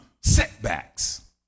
setbacks